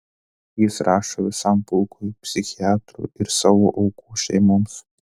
jis rašo visam pulkui psichiatrų ir savo aukų šeimoms